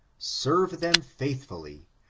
serve them faithfully,